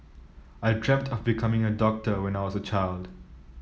I dreamt of becoming a doctor when I was a child